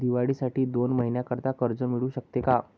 दिवाळीसाठी दोन महिन्याकरिता कर्ज मिळू शकते का?